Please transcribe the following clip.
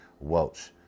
Welch